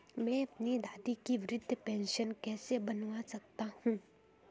मैं अपनी दादी की वृद्ध पेंशन कैसे बनवा सकता हूँ?